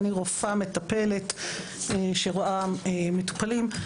אני רופאה מטפלת שרואה מטופלים.